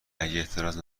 اعتراض